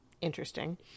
interesting